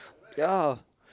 ya